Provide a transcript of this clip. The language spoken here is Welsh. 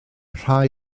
rhai